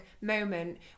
moment